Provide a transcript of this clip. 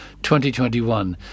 2021